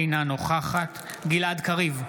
אינה נוכחת גלעד קריב,